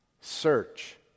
search